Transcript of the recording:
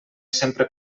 sempre